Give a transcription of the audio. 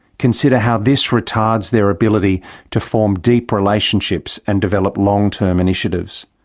consider how this retards their ability to form deep relationships and develop long-term initiatives.